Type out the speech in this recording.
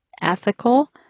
ethical